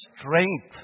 strength